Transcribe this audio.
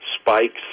spikes